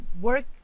work